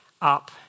up